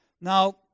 Now